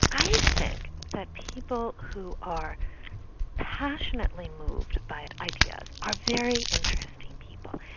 i think that people who are passionately moved by ideas are very interesting people,